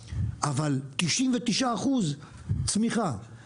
שקיים; בעיקר בימים כאלה, אבל יש צמיחה של כ-99%.